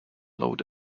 load